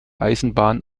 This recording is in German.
eisenbahn